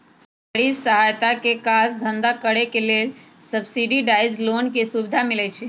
गरीब असहाय के काज धन्धा करेके लेल सब्सिडाइज लोन के सुभिधा मिलइ छइ